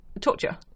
torture